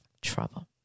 trouble